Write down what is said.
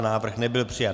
Návrh nebyl přijat.